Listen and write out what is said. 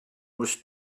was